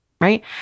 right